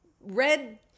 red